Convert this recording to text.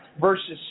versus